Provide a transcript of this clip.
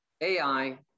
AI